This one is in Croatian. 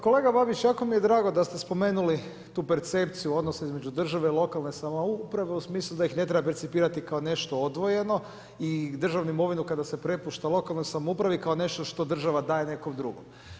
Kolega Babić, jako mi je drago da ste spomenuli tu percepciju, odnos između države, lokalne samouprave, u smislu da ih ne treba percipirati kao nešto odvojeno i državnu imovinu, kada se prepušta lokalnoj samoupravi, kao nešto što država daje nekom drugu.